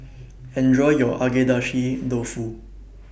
Enjoy your Agedashi Dofu